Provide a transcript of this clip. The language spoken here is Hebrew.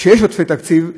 כשיש עודפי תקציב,